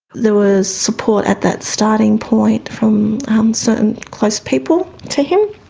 there was support at that starting point from certain close people to him